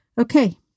Okay